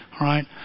right